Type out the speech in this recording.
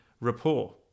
rapport